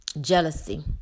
jealousy